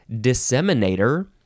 Disseminator